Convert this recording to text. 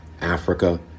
Africa